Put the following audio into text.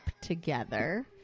Together